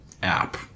app